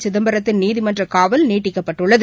சிதம்பரத்தின் நீதிமன்றகாவல் நீட்டிக்கப்பட்டுள்ளது